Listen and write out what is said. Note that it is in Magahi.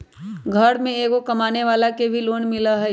घर में एगो कमानेवाला के भी लोन मिलहई?